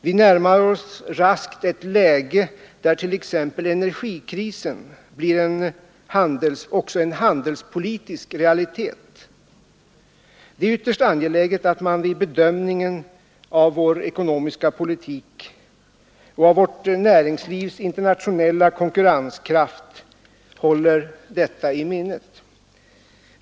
Vi närmar oss raskt ett läge där t.ex. energikrisen blir också en handelspolitisk realitet. Det är angeläget att man vid bedömningen av vår ekonomiska politik och av vårt näringslivs internationella konkurrenskraft håller detta i minnet.